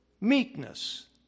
meekness